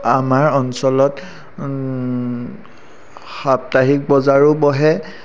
আমাৰ অঞ্চলত সাপ্তাহিক বজাৰো বহে